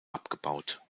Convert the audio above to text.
abgebaut